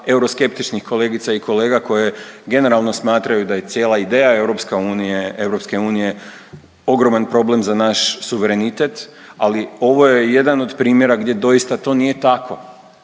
euroskeptičnih kolegica i kolega koje generalno smatraju da je cijela ideja EU ogroman problem za naš suverenitet, ali ovo je jedan od primjera gdje doista to nije tako,